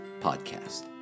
Podcast